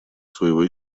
своего